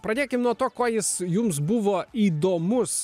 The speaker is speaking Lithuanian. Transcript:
pradėkim nuo to kuo jis jums buvo įdomus